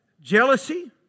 jealousy